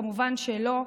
כמובן שלא.